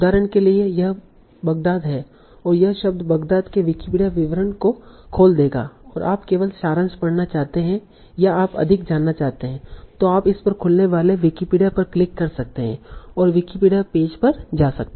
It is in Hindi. उदाहरण के लिए यहां बगदाद है और यह शब्द बगदाद के विकिपीडिया विवरण को खोल देगा और आप केवल सारांश पढ़ना चाहते हैं या आप अधिक जानना चाहते हैं तो आप इस पर खुलने वाले विकिपीडिया पर क्लिक कर सकते हैं और विकिपीडिया पेज पर जा सकते हैं